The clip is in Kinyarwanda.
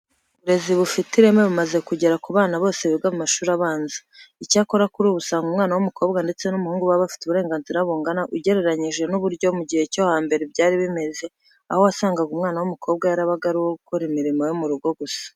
Uburezi bufite ireme bumaze kugera ku bana bose biga mu mashuri abanza. Icyakora kuri ubu usanga umwana w'umukobwa ndetse n'umuhungu baba bafite uburenganzira bungana ugereranyije n'uburyo mu guhe cyo hambere byari bimeze, aho wasangaga umwana w'umukobwa yarabaga ari uwo gukora imirimo yo mu rugo gusa.